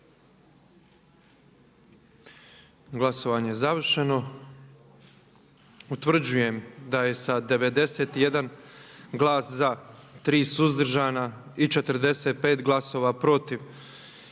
Glasovanje je završeno. Utvrđujem da je sa 91 glas za, 3 suzdržana i 45 glasova protiv